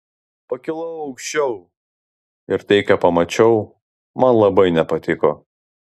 pakilau aukščiau ir tai ką pamačiau man labai nepatiko